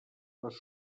les